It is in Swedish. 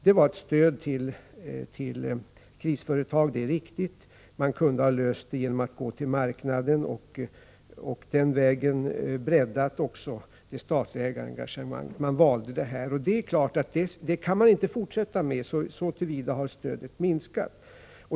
Det är riktigt att det gällde stöd till krisföretag, men problemet kunde ha lösts genom att man gått till marknaden och på så sätt också breddat det statliga engagemanget. Man valde alltså en annan väg. Det är klart att man inte kan fortsätta på det här sättet och därför har också stödet minskats.